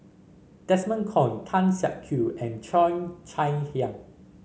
Desmond Kon Tan Siak Kew and Cheo Chai Hiang